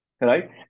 right